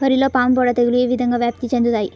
వరిలో పాముపొడ తెగులు ఏ విధంగా వ్యాప్తి చెందుతాయి?